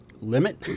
limit